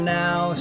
now